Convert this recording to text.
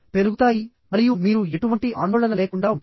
పెరుగుతాయి మరియు మీరు ఎటువంటి ఆందోళన లేకుండా ఉంటారు